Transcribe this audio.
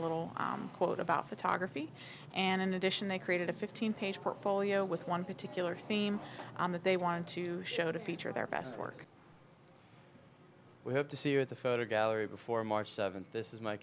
little quote about photography and in addition they created a fifteen page portfolio with one particular theme that they wanted to show to feature their best work we had to see at the photo gallery before march seventh this is my